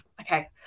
Okay